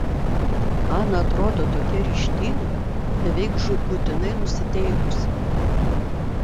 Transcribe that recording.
ana atrodo tokia ryžtinga beveik žūtbūtinai nusiteikusi